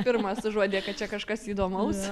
pirmas užuodė kad čia kažkas įdomaus